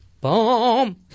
Boom